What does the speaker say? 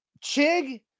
Chig